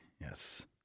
Yes